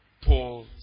Paul